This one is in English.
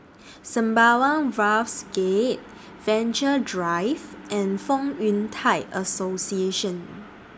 Sembawang Wharves Gate Venture Drive and Fong Yun Thai Association